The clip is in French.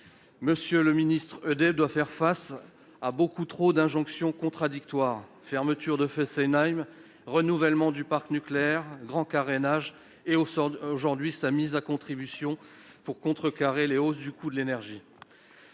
Monsieur le ministre, EDF doit faire face à beaucoup trop d'injonctions contradictoires : fermeture de Fessenheim, renouvellement du parc nucléaire, grand carénage et, aujourd'hui, mise à contribution pour contrer la hausse du coût de l'énergie.